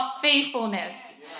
faithfulness